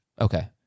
Okay